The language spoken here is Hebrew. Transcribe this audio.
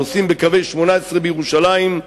הנוסעים בקו 18 בירושלים,